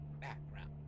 background